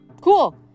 Cool